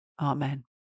Amen